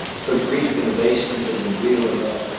her grief and abasement had been real enough,